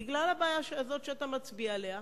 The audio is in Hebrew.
בגלל הבעיה הזאת שאתה מצביע עליה,